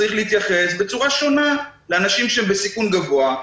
צריך להתייחס בצורה שונה לאנשים שהם בסיכון גבוה,